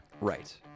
right